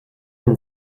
been